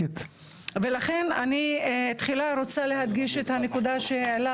ולכן אני תחילה רוצה להדגיש את הנקודה שהעלה